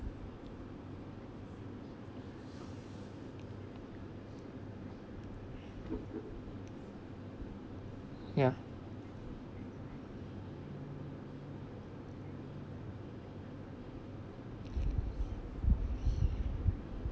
ya